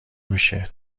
میشه